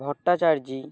Bhattacharya